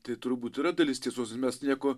tai turbūt yra dalis tiesos ir mes nieko